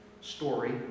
story